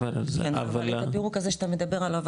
אבל הפירוק הזה שאתה מדבר עליו,